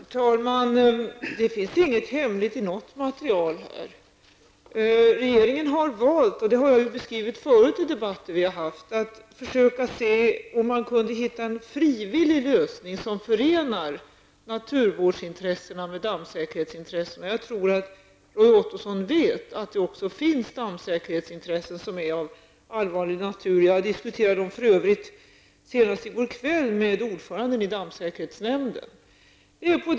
Herr talman! Det finns inget hemligt i något material här. Regeringen har valt att, som vi beskrivit i debatter förut, se om man kunde hitta en frivillig lösning som förenar naturvårdsintressena med dammsäkerhetsintressena. Jag tror att Roy Ottosson vet att det också finns dammsäkerhetsintressen av allvarlig natur. Jag diskuterade dem för övrigt senast i går kväll med ordföranden i dammsäkerhetsnämnden.